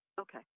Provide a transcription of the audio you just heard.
Okay